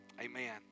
amen